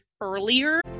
earlier